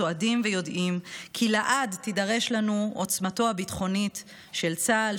צועדים ויודעים כי לעד תידרש לנו עוצמתו הביטחונית של צה"ל,